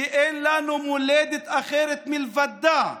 שאין לנו מולדת אחרת מלבדה.